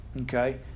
Okay